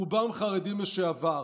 רובם חרדים לשעבר.